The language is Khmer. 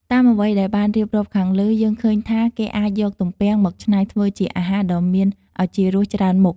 តាមអ្វីដែលបានរៀបរាប់ខាងលើ យើងឃើញថាគេអាចយកទំពាំងមកច្នៃធ្វើជាអាហារដ៏មានឱជារសច្រើនមុខ។